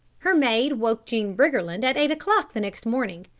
her maid woke jean briggerland at eight o'clock the next morning.